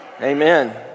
Amen